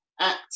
act